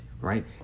right